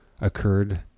occurred